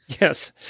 yes